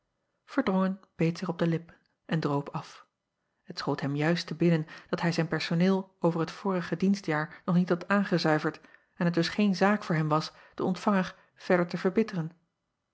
beet zich op de lippen en droop af het schoot hem juist te binnen dat hij zijn ersoneel over t vorige dienstjaar nog niet had aangezuiverd en het dus geen zaak voor hem was den ontvanger verder te verbitteren